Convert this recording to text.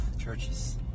churches